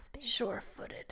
Sure-footed